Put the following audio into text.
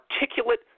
articulate